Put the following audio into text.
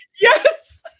Yes